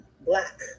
Black